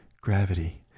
Gravity